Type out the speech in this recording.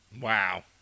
Wow